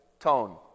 Tone